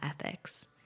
ethics